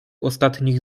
ostatnich